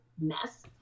mess